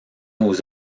aux